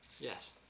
Yes